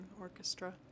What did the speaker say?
orchestra